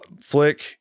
Flick